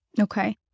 Okay